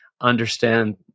understand